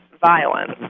violence